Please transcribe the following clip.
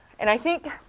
and i think,